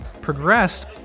progressed